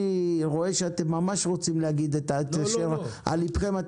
אני רואה שאתם ממש רוצים להגיד את אשר על לבכם.